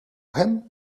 him